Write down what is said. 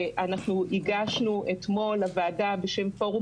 שאנחנו הגשנו אתמול לוועדה בשם פורום